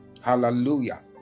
hallelujah